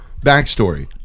Backstory